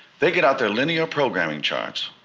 they get out their linear programming charts,